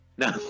No